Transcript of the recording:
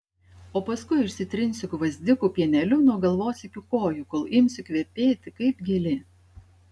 o paskui išsitrinsiu gvazdikų pieneliu nuo galvos iki kojų kol imsiu kvepėti kaip gėlė